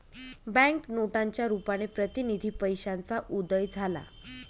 bank नोटांच्या रुपाने प्रतिनिधी पैशाचा उदय झाला